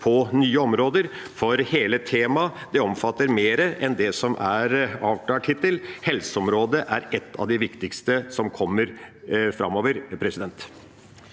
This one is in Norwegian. på nye områder, for hele temaet omfatter mer enn det som er avklart hittil. Helseområdet er et av de viktigste som kommer framover. Presidenten